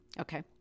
Okay